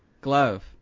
Glove